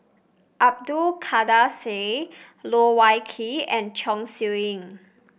Abdul Kadir Syed Loh Wai Kiew and Chong Siew Ying